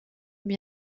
mis